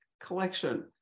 collection